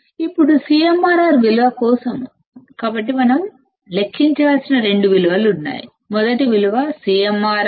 ఇప్పుడు CMRR విలువ కోసం కాబట్టి మనం లెక్కించాల్సిన రెండు విలువలు ఉన్నాయి మొదటి విలువ CMRR 100